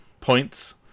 points